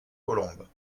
colombes